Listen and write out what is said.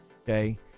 Okay